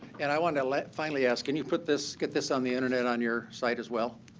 and i want to let finally ask, can you put this get this on the internet on your site, as well?